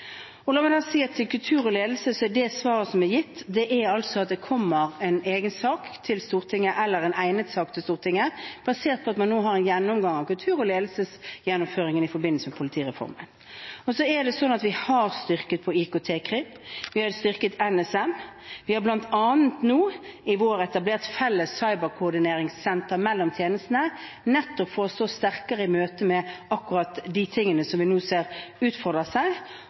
La meg si at til kultur og ledelse er svaret som er gitt, at det kommer en egen sak, eller en egnet sak, til Stortinget, basert på at man nå har en gjennomgang av kultur- og ledelsesgjennomføringen i forbindelse med politireformen. Vi har styrket på IKT-krim. Vi har styrket NSM. Vi har nå i vår bl.a. etablert et felles cyberkoordineringssenter mellom tjenestene nettopp for å stå sterkere i møte med akkurat de tingene vi nå ser utfolde seg.